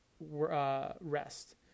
rest